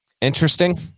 interesting